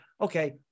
okay